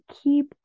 keep